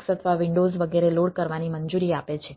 support વગેરે load કરવાની મંજૂરી આપે છે